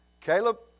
Caleb